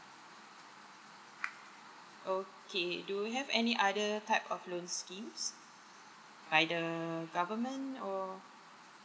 okay do you have any other type of loan scheme either government or